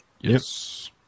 Yes